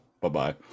Bye-bye